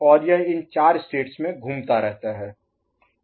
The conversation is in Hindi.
और यह इन चार 4 स्टेट्स में घूमता रहता है